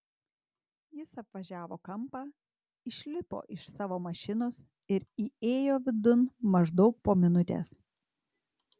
jis apvažiavo kampą išlipo iš savo mašinos ir įėjo vidun maždaug po minutės